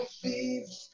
thieves